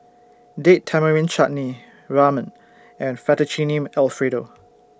Date Tamarind Chutney Ramen and Fettuccine Alfredo